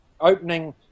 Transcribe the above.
opening